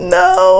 no